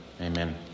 amen